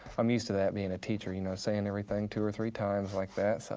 i'm use to that being a teacher, you know, saying everything two or three times like that, so.